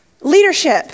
leadership